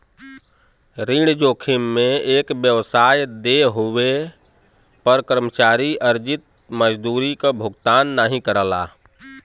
ऋण जोखिम में एक व्यवसाय देय होये पर कर्मचारी अर्जित मजदूरी क भुगतान नाहीं करला